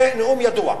זה נאום ידוע,